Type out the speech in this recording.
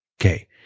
okay